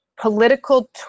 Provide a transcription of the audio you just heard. political